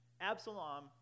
Absalom